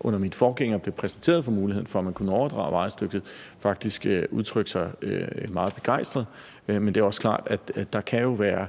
under min forgænger blev præsenteret for muligheden for at overdrage vejstykket, faktisk udtrykte sig meget begejstret. Men det er også klart, at der jo kan være